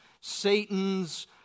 Satan's